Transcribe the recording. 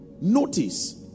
notice